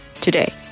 today